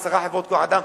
עשר חברות כוח-אדם,